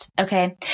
okay